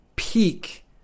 Peak